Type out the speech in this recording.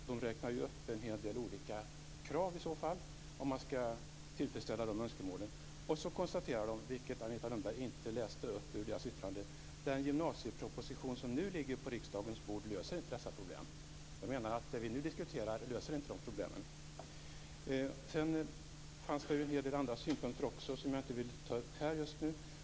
De räknar upp en hel del olika krav om man skall kunna tillfredsställa de önskemålen. Och så konstaterar de något som Agneta Lundberg inte läste upp i deras yttrande: Den gymnasieproposition som nu ligger på riksdagens bord löser inte detta problem. De menar att det vi nu diskuterar inte löser de här problemen. Sedan fanns det också en hel del andra synpunkter som jag inte vill ta upp just nu.